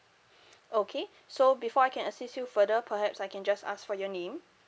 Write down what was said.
okay so before I can assist you further perhaps I can just ask for your name